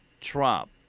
Trump